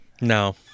no